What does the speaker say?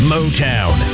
Motown